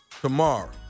Tomorrow